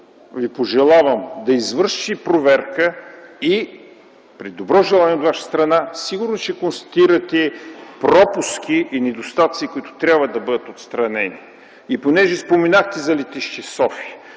Ви пожелавам да извършите проверка. При добро желание от Ваша страна сигурно ще констатирате пропуски и недостатъци, които трябва да бъдат отстранени. Понеже споменахте за летище София,